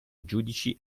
giudici